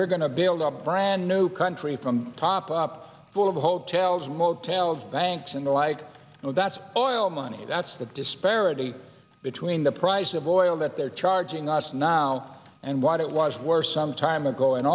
we're going to build up a brand new country from top up full of hotels motels banks and the like oh that's all money that's the disparity between the price of oil that they're charging us now and what it was worse some time ago and